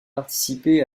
participer